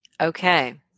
Okay